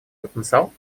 потенциал